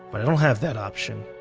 but don't have that option.